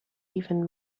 even